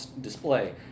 display